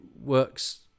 works